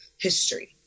history